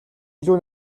илүү